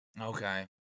Okay